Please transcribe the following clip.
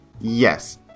Yes